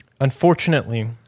Unfortunately